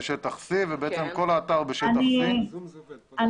זה שטח C. כל האתר הוא בשטח B. אני